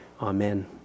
Amen